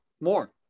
more